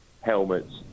helmets